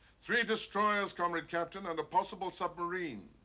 three destroyers, comrade captain, and possible submarine.